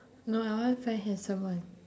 no I want find handsome [one]